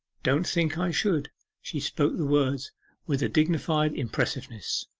don't think i should she spoke the words with a dignified impressiveness.